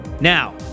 Now